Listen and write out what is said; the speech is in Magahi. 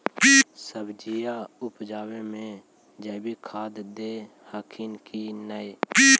सब्जिया उपजाबे मे जैवीक खाद दे हखिन की नैय?